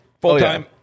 full-time